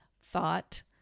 thought